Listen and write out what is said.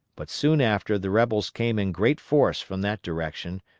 but soon after the rebels came in great force from that direction,